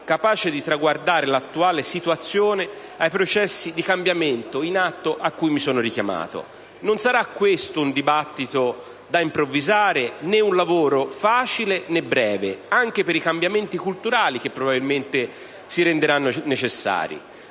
capace di traguardare l'attuale situazione ai processi di cambiamento in atto che ho richiamato. Non sarà questo un dibattito da improvvisare né un lavoro facile né breve, anche per i cambiamenti culturali che probabilmente si renderanno necessari.